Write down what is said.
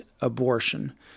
abortion